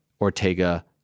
Ortega